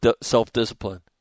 self-discipline